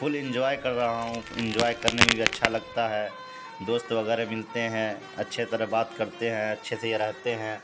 فل enjoy کر رہا ہوں انجوائے کرنے میں بھی اچھا لگتا ہے دوست وغیرہ ملتے ہیں اچھے طرح بات کرتے ہیں اچھے سے یہ رہتے ہیں